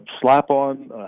slap-on